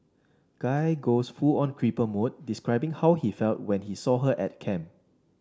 guy goes full on creeper mode describing how he felt when he saw her at camp